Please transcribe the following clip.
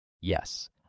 Yes